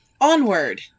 onward